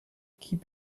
keep